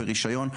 ברישיון,